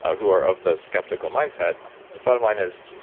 who are of the skeptical mindset. the bottom line is,